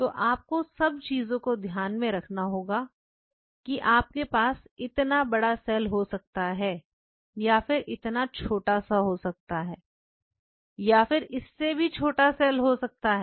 तो आपको सब चीजों को ध्यान में रखना होगा कि आपके पास इतना बड़ा सेल हो सकता है या फिर इतना छोटा सा हो सकता है या फिर इससे भी छोटा साल हो सकता है